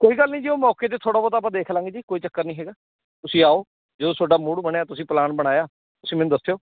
ਕੋਈ ਗੱਲ ਨਹੀਂ ਜੀ ਉਹ ਮੌੌਕੇ 'ਤੇ ਥੋੜ੍ਹਾ ਬਹੁਤ ਆਪਾਂ ਦੇਖ ਲਵਾਂਗੇ ਜੀ ਕੋਈ ਚੱਕਰ ਨਹੀਂ ਹੈਗਾ ਤੁਸੀਂ ਆਓ ਜਦੋਂ ਤੁਹਾਡਾ ਮੂਡ ਬਣਿਆ ਤੁਸੀਂ ਪਲਾਨ ਬਣਾਇਆ ਤੁਸੀਂ ਮੈਨੂੰ ਦੱਸਿਓ